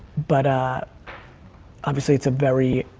but ah obviously it's a very,